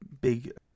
big